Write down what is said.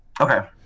Okay